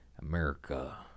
America